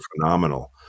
phenomenal